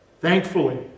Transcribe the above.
Thankfully